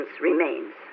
remains